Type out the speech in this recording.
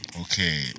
Okay